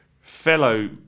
fellow